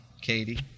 Katie